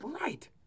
right